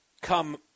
come